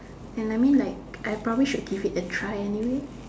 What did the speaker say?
and I mean like I probably should give it a try anyway